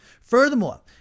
Furthermore